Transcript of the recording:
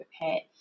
prepared